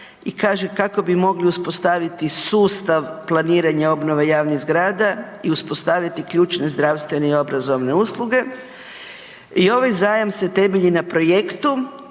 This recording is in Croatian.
i kaže kako bi mogli uspostaviti sustav planiranja obnove javnih grada i uspostaviti ključne zdravstvene i obrazovne usluge. I ovaj zajam se temelji na projektu